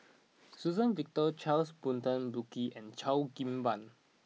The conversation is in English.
Suzann Victor Charles Burton Buckley and Cheo Kim Ban